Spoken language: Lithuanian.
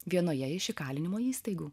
vienoje iš įkalinimo įstaigų